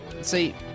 See